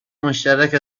مشترک